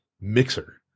Mixer